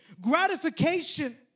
gratification